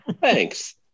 Thanks